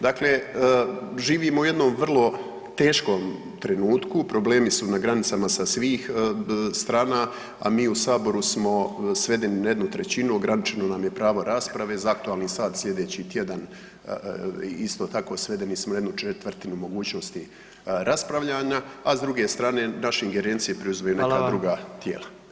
Dakle, živimo u jednom vrlo teškom trenutku, problemi su na granicama sa strana, a mi u Saboru smo svedeni na jednu trećinu ograničeno nam je pravo rasprave, za aktualni sat sljedeći tjedan isto tako svedeni smo na jednu četvrtinu mogućnosti raspravljanja, a s druge strane naše ingerencije preuzimaju neka druga tijela.